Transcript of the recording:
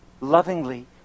lovingly